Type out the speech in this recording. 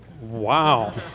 Wow